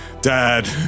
Dad